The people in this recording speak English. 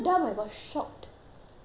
just imagine your panic like